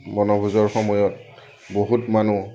বনভোজৰ সময়ত বহুত মানুহ